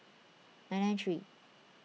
nine nine three